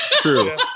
True